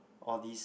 all these